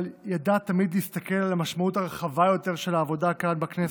אבל ידעת תמיד להסתכל על המשמעות הרחבה יותר של העבודה כאן בכנסת.